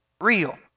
real